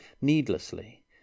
needlessly